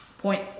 Point